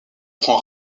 prend